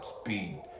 Speed